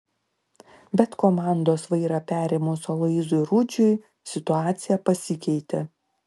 bet komandos vairą perėmus aloyzui rudžiui situacija pasikeitė